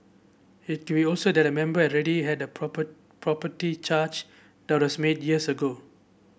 it will also that a member already had a proper property charge that was made years ago